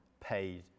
paid